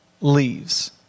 Leaves